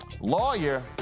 lawyer